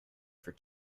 for